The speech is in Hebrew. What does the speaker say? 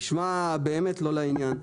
נשמע באמת לא לעניין.